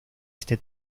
este